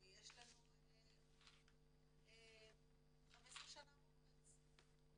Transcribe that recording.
יש לנו 15 שנה בארץ,